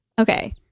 Okay